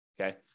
Okay